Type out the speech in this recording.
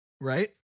Right